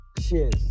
Cheers